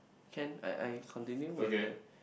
can I I continue with the